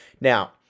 now